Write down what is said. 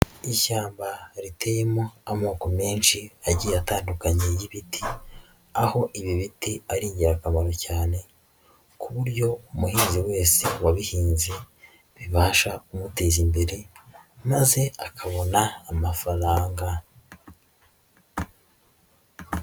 Ishyamba riteyemo amoko menshi agiye atandukanye y'ibiti, aho ibi biti ari ingirakamaro cyane, ku buryo umuhinzi wese wabihinze bibasha kumuteza imbere, maze akabona amafaranga.